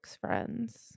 friends